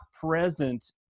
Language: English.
present